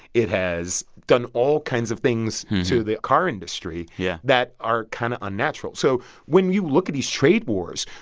it has done all kinds of things to the car industry. yeah. that are kind of unnatural. so when you look at these trade wars,